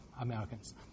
Americans